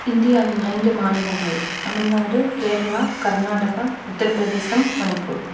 இந்தியாவின் ஐந்து மாநிலங்கள் தமிழ்நாடு கேரளா கர்நாடகா உத்திரப்பிரதேசம் மணிப்பூர்